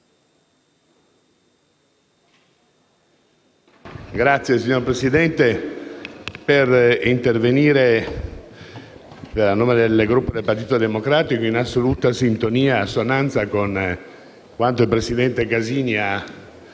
*(PD)*. Signor Presidente, intervengo a nome del Gruppo del Partito Democratico, in assoluta sintonia e assonanza con quanto il presidente Casini ha